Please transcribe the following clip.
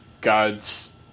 Gods